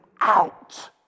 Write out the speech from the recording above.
out